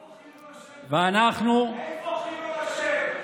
ואנחנו, איפה חילול השם?